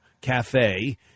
Cafe